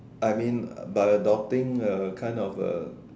I mean uh by adopting a kind of a